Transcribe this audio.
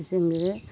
जोङो